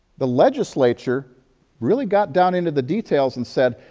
the legislature really got down into the details and said,